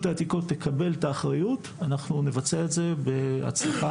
העתיקות תקבל את האחריות אנחנו נבצע את זה בהצלחה,